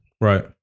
Right